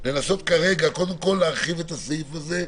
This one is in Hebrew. לנסות כרגע קודם כול להרחיב את הסעיף הזה,